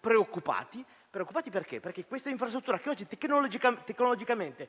preoccupati. Questa infrastruttura oggi è, infatti, tecnologicamente